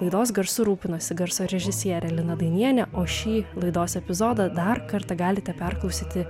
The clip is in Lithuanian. laidos garsu rūpinosi garso režisierė lina dainienė o šį laidos epizodą dar kartą galite perklausyti